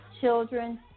children